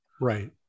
right